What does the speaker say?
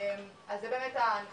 אז זה באמת אני חושבת,